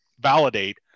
validate